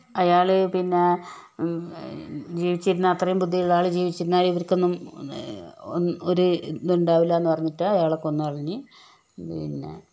അയാള് പിന്നെ ജീവിച്ചിരുന്ന അത്രെയും ബുദ്ധിയുള്ളാള് ജീവിച്ചിരുന്നാൽ ഇവർക്കൊന്നും ഒരിത് ഉണ്ടാവില്ലാന്നു പറഞ്ഞിട്ട് അയാളെ കൊന്ന് കളഞ്ഞു പിന്നെ